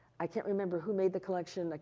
i can't remember who made the collection.